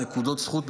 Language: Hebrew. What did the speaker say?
נקודות זכות,